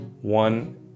One